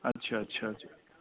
اچھا اچھا